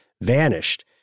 vanished